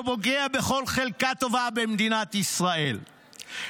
שפוגע בכל חלקה טובה במדינת ישראל,